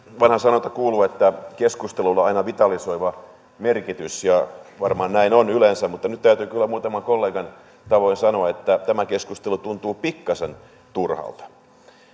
vanha sanonta kuuluu että keskustelulla on aina vitalisoiva merkitys ja varmaan näin on yleensä mutta nyt täytyy kyllä muutaman kollegan tavoin sanoa että tämä keskustelu tuntuu pikkaisen turhalta